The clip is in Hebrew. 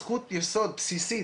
זכות יסוד בסיסית,